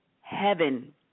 heaven